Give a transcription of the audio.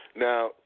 Now